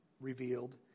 revealed